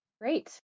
Great